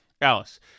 Alice